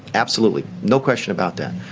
absolutely no question about that.